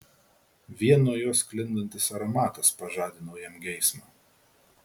vien nuo jos sklindantis aromatas pažadino jam geismą